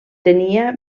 tenia